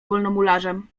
wolnomularzem